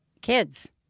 kids